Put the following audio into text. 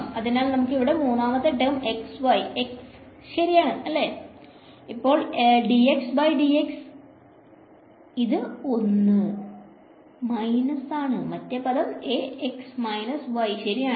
അതിനാൽ നമുക്ക് ഇവിടെ മൂന്നാമത്തെ ടേം x ശരിയാണ് ഇപ്പോൾ അത് 1 മൈനസ് ആണ് മറ്റേ പദം y ശരി ആണ്